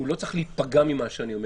לא צריך להיפגע ממה שאני אומר,